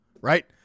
Right